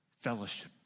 Fellowship